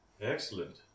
Excellent